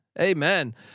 Amen